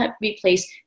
replace